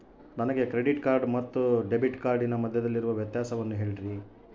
ನನಗೆ credit card ಮತ್ತು debit ಕಾರ್ಡಿನ ಮಧ್ಯದಲ್ಲಿರುವ ವ್ಯತ್ಯಾಸವನ್ನು ಹೇಳ್ರಿ?